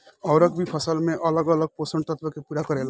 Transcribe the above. उर्वरक भी फसल में अलग अलग पोषण तत्व के पूरा करेला